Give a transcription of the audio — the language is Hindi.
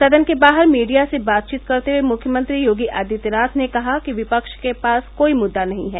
सदन के बाहर मीडिया से बातचीत करते हुए मुख्यमंत्री योगी आदित्यनाथ ने कहा कि विपक्ष के पास कोई मुद्दा नहीं है